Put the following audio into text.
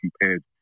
compared